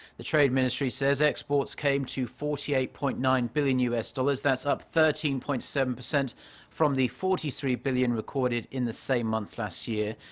the trade ministry says exports came to forty eight point nine billion u s. dollars. up thirteen point seven percent from the forty three billion recorded in the same month last year.